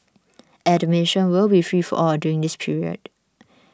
admission will be free for all during this period